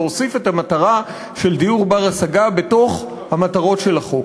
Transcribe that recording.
להוסיף את המטרה של דיור בר-השגה בתוך המטרות של החוק.